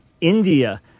India